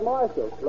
Marshall